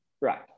Right